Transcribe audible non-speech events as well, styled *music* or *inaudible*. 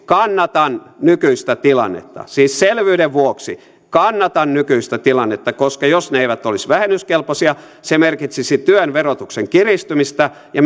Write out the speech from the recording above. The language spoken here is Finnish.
kannatan nykyistä tilannetta siis selvyyden vuoksi kannatan nykyistä tilannetta koska jos ne eivät olisi vähennyskelpoisia se merkitsisi työn verotuksen kiristymistä ja *unintelligible*